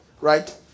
Right